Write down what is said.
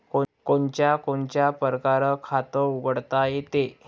कोनच्या कोनच्या परकारं खात उघडता येते?